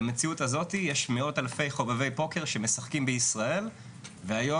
במציאות הזאת יש מאות אלפי חובבי פוקר שמשחקים בישראל והיום